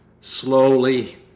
Slowly